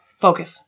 Focus